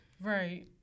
right